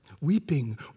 Weeping